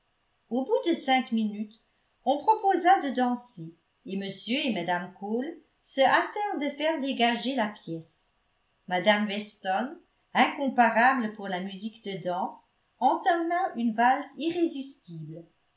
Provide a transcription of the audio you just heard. au bout de cinq minutes on proposa de danser et m et mme cole se hâtèrent de faire dégager la pièce mme weston incomparable pour la musique de danse entama une valse irrésistible